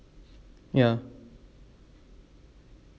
ya